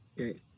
Okay